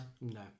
no